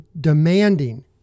demanding